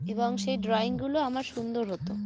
এবং সেই ড্রয়িংগুলো আমার সুন্দর হতো